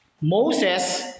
Moses